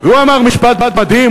והוא אמר משפט מדהים,